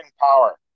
power